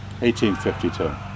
1852